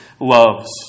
loves